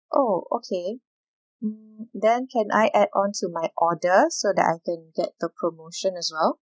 oh okay hmm then can I add onto my order so that I can get the promotion as well